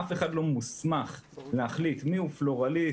אף אחד לא מוסמך להחליט מי הוא פלורליסט,